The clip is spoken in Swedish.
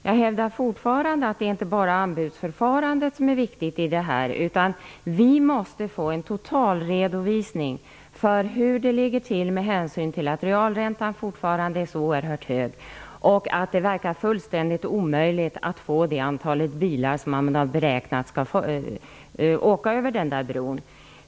Jag hävdar fortfarande att det inte bara är anbudsförfarandet som är viktigt, utan vi måste få en total redovisning av hur det ligger till, med hänsyn till att realräntan fortfarande är så oerhört hög och att det verkar fullständigt omöjligt att få det antal bilar som man har beräknat att åka över bron.